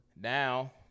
Now